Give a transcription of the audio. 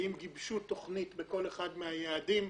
האם גיבשו תוכנית בכל אחד מהיעדים,